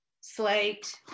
slate